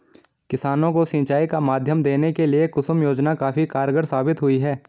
किसानों को सिंचाई का माध्यम देने के लिए कुसुम योजना काफी कारगार साबित हुई है